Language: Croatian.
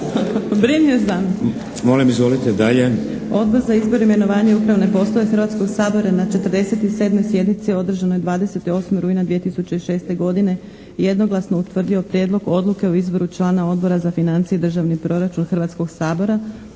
Odbor za izbor, imenovanja i upravne poslove Hrvatskog sabora na 47. sjednici održanoj 28. rujna 2006. godine jednoglasno utvrdio Prijedlog odluke o razrješenju i izboru člana Odbora za poljoprivredu i šumarstvo Hrvatskog sabora.